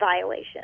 violation